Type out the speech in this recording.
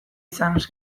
izanez